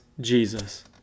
Jesus